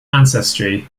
ancestry